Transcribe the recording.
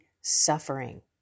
suffering